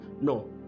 no